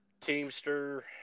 teamster